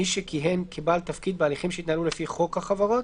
מי שכיהן כבעל תפקיד בהליכים שהתנהלו לפי חוק החברות,